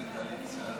משרד